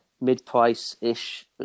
mid-price-ish